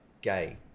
gay